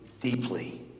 deeply